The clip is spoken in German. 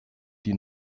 die